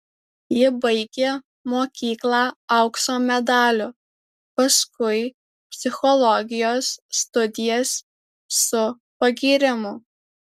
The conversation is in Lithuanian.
ji baigė mokyklą aukso medaliu paskui psichologijos studijas su pagyrimu